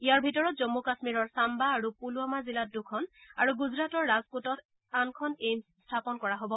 ইয়াৰ ভিতৰত জম্মু কামীৰৰ ছান্না আৰু পুলৱামা জিলাত দুখন আৰু গুজৰাটৰ ৰাজকোটত আনখন এইমছ স্থাপন কৰা হ'ব